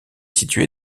située